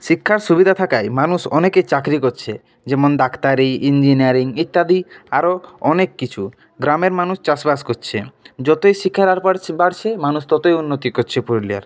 শিক্ষার সুবিধা থাকায় মানুষ অনেকেই চাকরি করছে যেমন ডাক্তারি ইঞ্জিনিয়ারিং ইত্যাদি আরও অনেক কিছু গ্রামের মানুষ চাষবাস করছে যতই শিক্ষার হার বাড়ছে বাড়ছে মানুষ ততই উন্নতি করছে পুরুলিয়ার